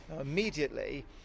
immediately